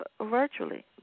virtually